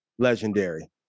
Legendary